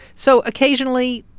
so occasionally,